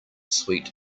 sweet